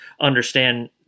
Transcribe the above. understand